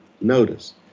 notice